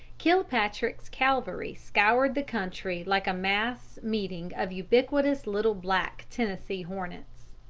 kilpatrick's cavalry scoured the country like a mass meeting of ubiquitous little black tennessee hornets.